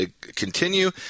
continue